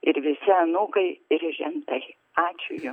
ir visi anūkai ir žentai ačiū jum